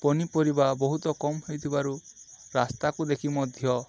ପନିପରିବା ବହୁତ କମ୍ ହେଇଥିବାରୁ ରାସ୍ତାକୁ ଦେଖି ମଧ୍ୟ